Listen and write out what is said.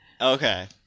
okay